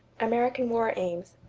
american war aims.